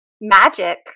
magic